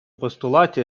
постулате